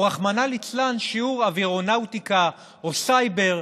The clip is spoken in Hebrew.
או רחמנא ליצלן שיעור אווירונאוטיקה או סייבר,